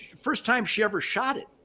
first time she ever shot it,